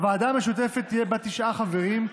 הוועדה המשותפת תהיה בת תשעה חברים,